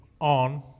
on